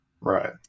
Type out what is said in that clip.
Right